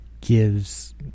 Gives